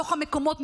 מתוך המקומות,